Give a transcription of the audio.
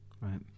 Right